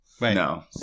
No